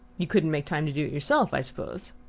you couldn't make time to do it yourself, i suppose?